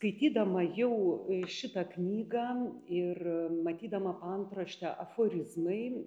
skaitydama jau šitą knygą ir matydama paantraštę aforizmai